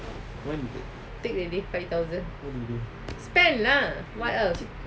where it go where it go